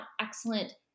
excellent